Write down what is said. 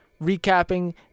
recapping